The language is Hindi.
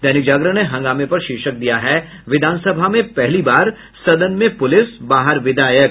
दैनिक जागरण ने हंगामे पर शीर्षक दिया है विधानसभा में पहली बार सदन में पुलिस बाहर विधायक